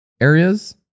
areas